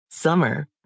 Summer